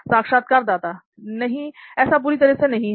साक्षात्कारदाता नहीं ऐसा पूरी तरह से नहीं है